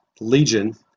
legion